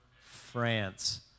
France